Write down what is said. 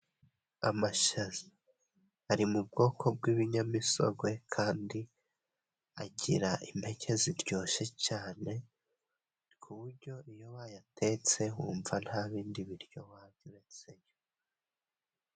Amashyaza ari mu bwoko bw'ibinyamisogwe, kandi agira impeke ziryoshye cyane, ku buryo iyo bayatetse wumva nta bindi biryo warya uretseyo.